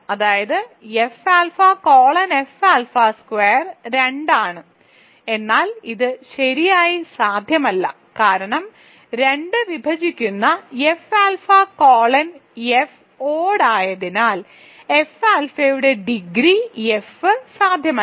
അതായത് F alpha colon F alpha square 2 ആണ് എന്നാൽ ഇത് ശരിയായി സാധ്യമല്ല കാരണം 2 വിഭജിക്കുന്നു F alpha colon F odd ആയതിനാൽ എഫ് ആൽഫയുടെ ഡിഗ്രി എഫ് സാധ്യമല്ല